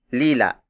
lila